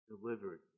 delivered